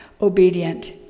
obedient